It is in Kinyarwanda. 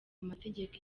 amategeko